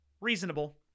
reasonable